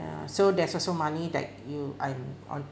ya so there's also money that you I'm on